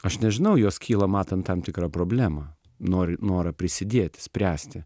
aš nežinau jos kyla matant tam tikrą problemą nori norą prisidėti spręsti